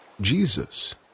Jesus